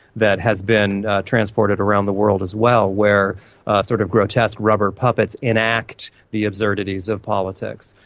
that has been transported around the world as well, where sort of grotesque rubber puppets enact the absurdities of politics.